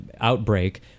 outbreak